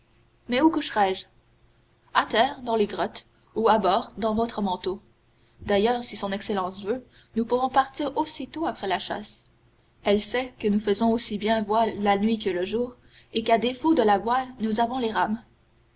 mais où coucherai je à terre dans les grottes ou à bord dans votre manteau d'ailleurs si son excellence veut nous pourrons partir aussitôt après la chasse elle sait que nous faisons aussi bien voile la nuit que le jour et qu'à défaut de la voile nous avons les rames